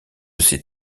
ces